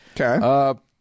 Okay